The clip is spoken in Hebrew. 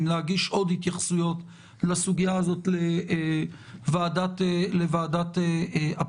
להגיש עוד התייחסויות לסוגיה הזאת לוועדת הפנים.